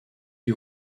you